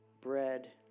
bread